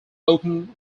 open